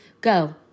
Go